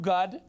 God